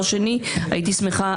שניים,